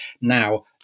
now